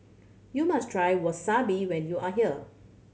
you must try Wasabi when you are here